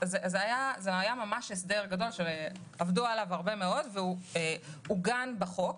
זה היה הסדר גדול שעבדו עליו הרבה מאוד והוא עוגן בחוק.